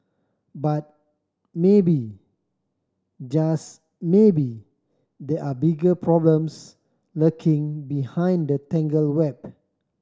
but maybe just maybe there are bigger problems lurking behind the tangled web